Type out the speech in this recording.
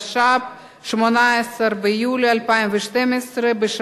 איזה מין דבר זה,